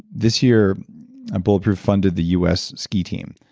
this year bulletproof funded the us ski team.